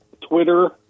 Twitter